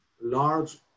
large